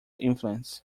influence